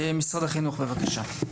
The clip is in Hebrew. משרד החינוך, בבקשה.